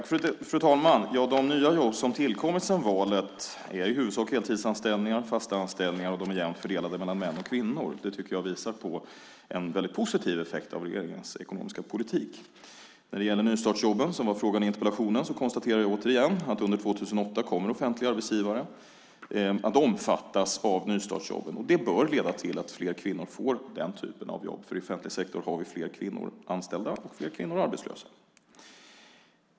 Fru talman! De nya jobb som tillkommit sedan valet är i huvudsak heltidsanställningar, fasta anställningar, och de är jämnt fördelade mellan män och kvinnor. Jag tycker att det visar på en väldigt positiv effekt av regeringens ekonomiska politik. När det gäller nystartsjobben, som var frågan i interpellationen, konstaterar jag återigen att under 2008 kommer offentliga arbetsgivare att omfattas av nystartsjobben. Det bör leda till att fler kvinnor får den typen av jobb därför att i offentlig sektor är fler kvinnor anställda och fler kvinnor arbetslösa.